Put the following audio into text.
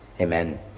Amen